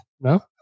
No